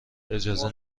اجازه